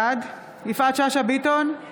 בעד יפעת שאשא ביטון,